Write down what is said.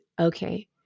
okay